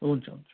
हुन्छ हुन्छ